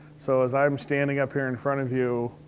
so as i'm standing up here in front of you.